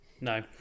No